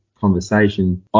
conversation